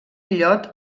illot